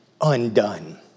undone